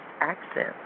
accent